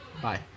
Bye